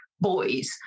boys